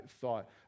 thought